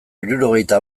hirurogeita